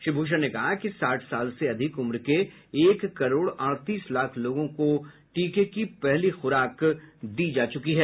श्री भूषण ने कहा कि साठ साल से अधिक उम्र के एक करोड अड़तीस लाख लोगों को भी टीके की पहली खुराक दी जा चुकी है